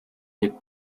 hit